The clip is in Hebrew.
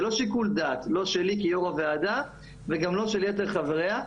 לא שיקול דעת - לא שלי כי"ר הוועדה וגם לא של יתר חבריה.